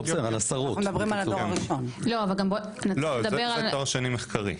מלגות ששייכות לתואר שני מחקרי.